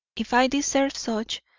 if i deserve such,